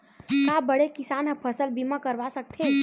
का बड़े किसान ह फसल बीमा करवा सकथे?